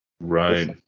Right